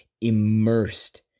immersed